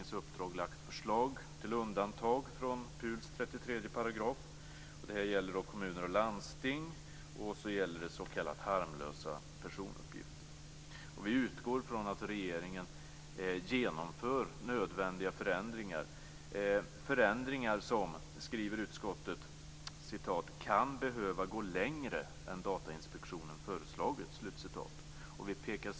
Det är bra att detta är angivet så tydligt i betänkandet. Det som är viktigt att uppmärksamma är vad som menas med harmlösa uppgifter. Enligt min mening handlar inte yttrandefriheten i första hand om harmlösa påståenden. Det är när påståenden blir kontroversiella och potentiellt kränkande som yttrandefrihetens principer prövas.